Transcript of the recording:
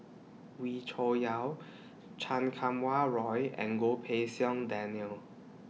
Wee Cho Yaw Chan Kum Wah Roy and Goh Pei Siong Daniel